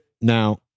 Now